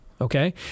Okay